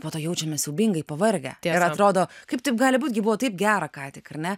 po to jaučiamės siaubingai pavargę ir atrodo kaip taip gali būt gi buvo taip gera ką tik ar ne